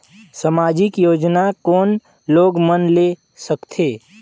समाजिक योजना कोन लोग मन ले सकथे?